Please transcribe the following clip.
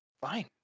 Fine